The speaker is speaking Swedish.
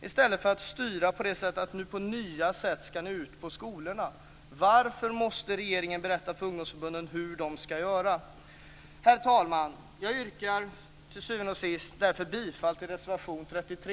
I stället styr man genom att säga: Nu ska ni ut på skolorna på nya sätt. Varför måste regeringen berätta för ungdomsförbunden hur de ska göra? Herr talman! Jag yrkar till sist därför bifall till reservation 33.